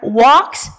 walks